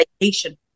vacation